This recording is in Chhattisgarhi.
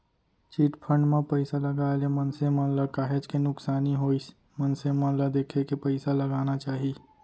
चिटफंड म पइसा लगाए ले मनसे मन ल काहेच के नुकसानी होइस मनसे मन ल देखे के पइसा लगाना चाही